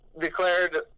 declared